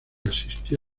asistió